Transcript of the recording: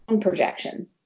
projection